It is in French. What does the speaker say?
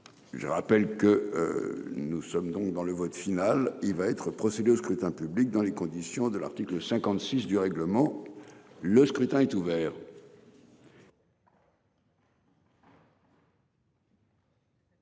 Je rappelle que. Nous sommes donc dans le vote final il va être procédé au scrutin public dans les conditions de l'article 56 du règlement. Le scrutin est ouvert.